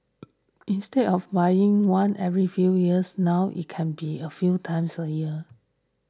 instead of buying one every few years now it can be a few times a year